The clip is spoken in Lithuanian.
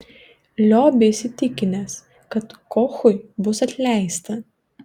liobė įsitikinęs kad kochui bus atleista